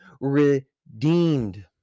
redeemed